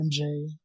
MJ